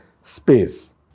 space